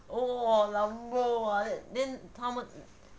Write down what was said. oh !wah! lambo ah then